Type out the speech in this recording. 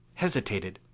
hesitated,